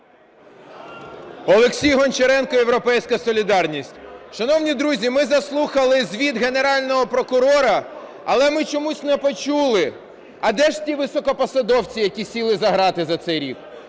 Олексій Гончаренко, "Європейська солідарність". Шановні друзі, ми заслухали звіт Генерального прокурора, але ми чомусь не почули: а де ж ті високопосадовці, які сіли за грати за цей рік,